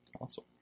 Awesome